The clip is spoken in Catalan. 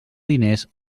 diners